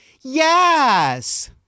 Yes